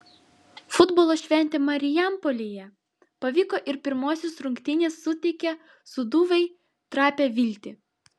futbolo šventė marijampolėje pavyko ir pirmosios rungtynės suteikia sūduvai trapią viltį